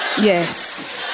Yes